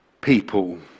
people